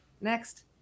Next